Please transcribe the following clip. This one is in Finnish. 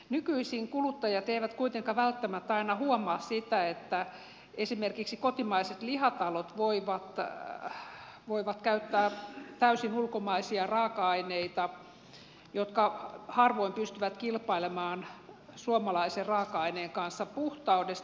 nykyisin kuluttajat eivät kuitenkaan välttämättä aina huomaa sitä että esimerkiksi kotimaiset lihatalot voivat käyttää täysin ulkomaisia raaka aineita jotka harvoin pystyvät kilpailemaan suomalaisen raaka aineen kanssa puhtaudesta